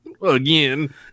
again